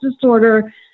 disorder